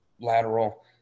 lateral